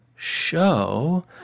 show